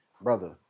brother